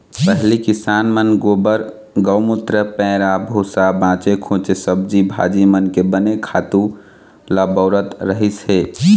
पहिली किसान मन गोबर, गउमूत्र, पैरा भूसा, बाचे खूचे सब्जी भाजी मन के बने खातू ल बउरत रहिस हे